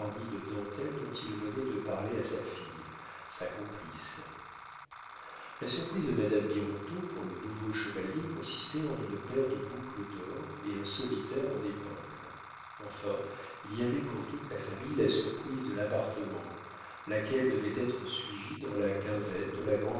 de dentelles dont il venait de parler à sa fille sa complice la surprise de madame birotteau pour le nouveau chevalier consistait en une paire de boucles d'or et un solitaire en épingle enfin il y avait pour toute la famille la surprise de l'appartement laquelle devait être suivie dans la quinzaine de la